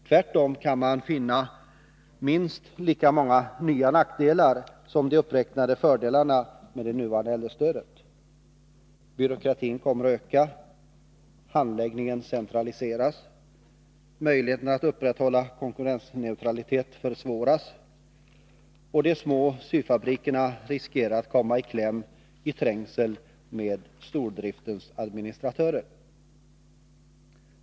Tvärtom kommer de uppräknade fördelarna med det nuvarande äldrestödet att ersättas av minst lika många nackdelar: Byråkratin kommer att öka. Möjligheten att upprätthålla konkurrensneutralitet försvåras. De små syfabrikerna riskerar att komma i kläm i trängseln med stordriftens administratörer.